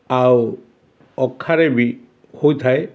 ଆଉ ଅଖାରେ ବି ହୋଇଥାଏ